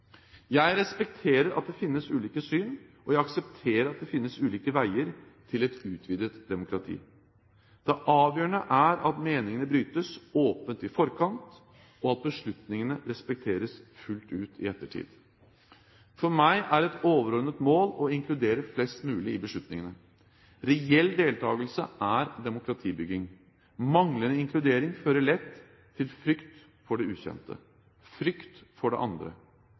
Jeg respekterer at det finnes ulike syn, og jeg aksepterer at det finnes ulike veier til et utvidet demokrati. Det avgjørende er at meningene brytes åpent i forkant, og at beslutningene respekteres fullt ut i ettertid. For meg er et overordnet mål å inkludere flest mulig i beslutningene. Reell deltakelse er demokratibygging. Manglende inkludering fører lett til frykt for det ukjente, frykt for «de andre».